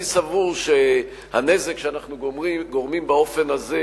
אני סבור שהנזק שאנחנו גורמים באופן הזה